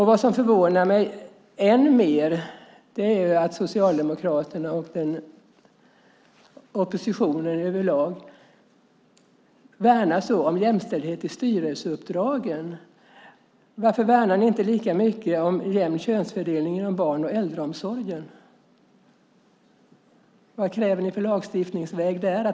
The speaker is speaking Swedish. Vad som ännu mer förvånar mig är att Socialdemokraterna och oppositionen över lag så mycket värnar om jämställdhet i fråga om styrelseuppdragen. Varför värnar ni inte lika mycket om en jämn könsfördelning inom barnomsorgen och äldreomsorgen? Vilken lagstiftningsväg kräver ni där?